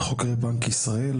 חוקרי בנק ישראל,